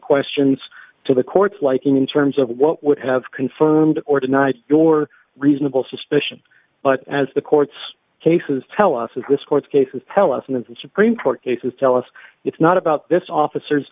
questions to the court's liking in terms of what would have confirmed or denied your reasonable suspicion but as the court's cases tell us as this court cases tell us in the supreme court cases tell us it's not about this officers